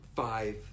Five